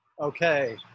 Okay